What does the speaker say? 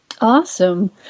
Awesome